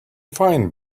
fine